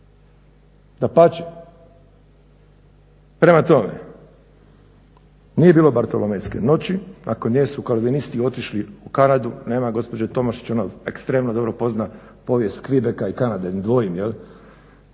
Dapače, prema tome nije bilo Bartolomejske noći, nakon nje su Kalvinisti otišli u Kanadu. Nema gospođe Tomašić ona ekstremno dobro pozna povijest Quebeca i Kanade i ne dvojim i